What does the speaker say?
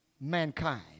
mankind